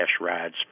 rides